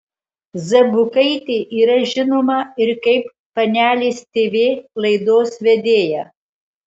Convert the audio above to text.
zabukaitė yra žinoma ir kaip panelės tv laidos vedėja